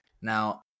Now